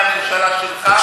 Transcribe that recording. מהממשלה שלך?